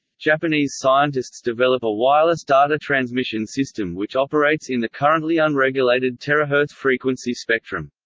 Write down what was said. japanese scientists develop a wireless data transmission system which operates in the currently unregulated terahertz frequency spectrum.